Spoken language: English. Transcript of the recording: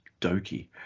Doki